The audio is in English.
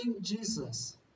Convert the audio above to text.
Jesus